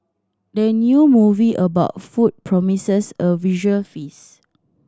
the new movie about food promises a visual feast